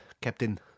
Captain